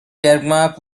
denmark